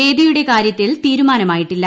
വേദിയുടെ കാര്യത്തിൽ തീരുമാനമായിട്ടില്ല